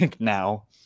now